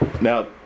Now